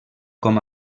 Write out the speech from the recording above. com